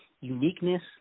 uniqueness